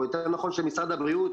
או יותר נכון של משרד הבריאות,